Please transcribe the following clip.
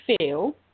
feel